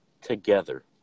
together